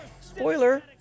Spoiler